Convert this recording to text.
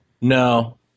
No